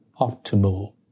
optimal